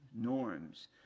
norms